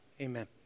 Amen